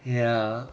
ya